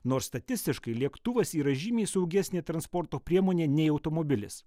nors statistiškai lėktuvas yra žymiai saugesnė transporto priemonė nei automobilis